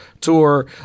tour